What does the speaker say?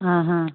हाँ हाँ